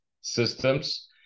systems